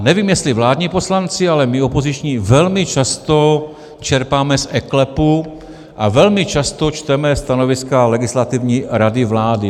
Nevím, jestli vládní poslanci, ale my opoziční velmi často čerpáme z eKLEPu a velmi často čteme stanoviska Legislativní rady vlády.